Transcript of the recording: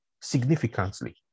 significantly